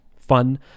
fun